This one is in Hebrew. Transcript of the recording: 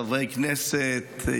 חברי כנסת,